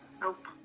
Nope